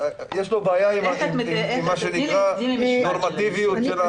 יש לו בעיה עם הנורמטיביות של החקיקה.